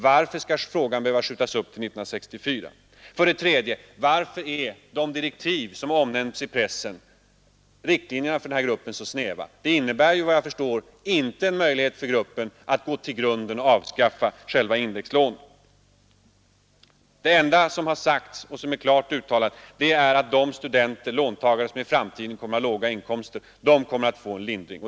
Varför skall frågan då behöva skjutas upp till 1974? För det tredje: Varför är gruppens direktiv, som omnämnts i pressen, så snäva? De innebär såvitt jag förstår att gruppen inte har möjlighet att gå till grunden med problemet och avskaffa själva indexlånen. Det enda som klart uttalats är att de låntagare som i framtiden har låga inkomster bör få en lindring.